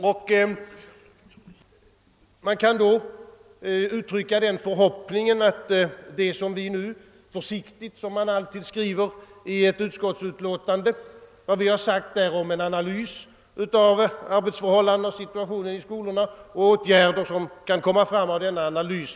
Vad utskotten skriver är alltid försiktigt formulerat, och i detta fall har utskottet talat om en analys av arbetsförhållandena och om situationen i skolorna samt om åtgärder som kan bli aktuella efter en företagen analys.